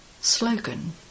Slogan